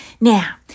Now